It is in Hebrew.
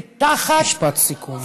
ותחת, משפט סיכום, בבקשה.